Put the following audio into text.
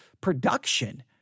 production